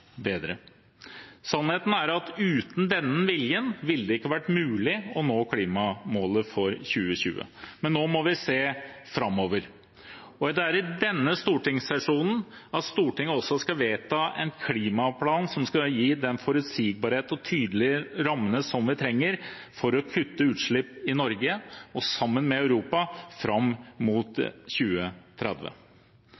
bedre. Sannheten er at uten denne viljen ville det ikke vært mulig å nå klimamålet for 2020. Men nå må vi se framover. Det er i denne stortingssesjonen at Stortinget også skal vedta en klimaplan som skal gi den forutsigbarheten og de tydelige rammene vi trenger for å kutte utslipp i Norge og sammen med Europa, fram mot